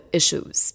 issues